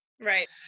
Right